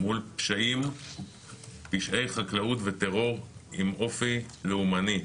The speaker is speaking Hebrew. מול פשעי חקלאות וטרור עם אופי לאומני.